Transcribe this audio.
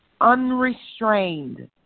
unrestrained